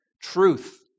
truth